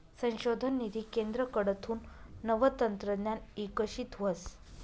संशोधन निधी केंद्रकडथून नवं तंत्रज्ञान इकशीत व्हस